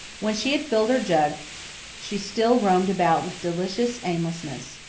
when she had filled her jug she still roamed about with delicious aimlessness.